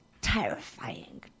terrifying